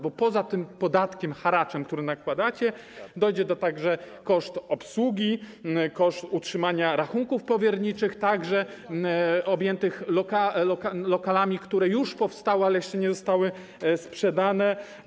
Bo poza tym podatkiem, haraczem, który nakładacie, dojdzie także koszt obsługi, koszt utrzymania rachunków powierniczych, co ma związek także z lokalami, które już powstały, ale jeszcze nie zostały sprzedane.